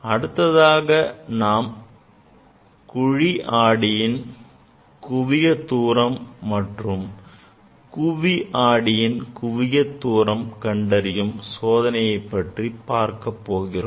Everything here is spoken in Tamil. அடுத்ததாக நாம் குழி ஆடியின் குவியத் தூரம் மற்றும் குவி ஆடியின் குவியத் தூரம் கண்டறியும் சோதனை பற்றி பார்க்கப்போகிறோம்